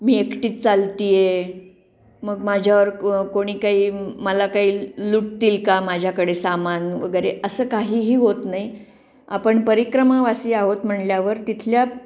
मी एकटीच चालते आहे मग माझ्यावर क कोणी काही मला काही लुटतील का माझ्याकडे सामान वगैरे असं काहीही होत नाही आपण परिक्रमावासी आहोत म्हटल्यावर तिथल्या